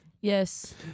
Yes